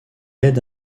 aide